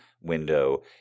window